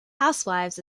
housewives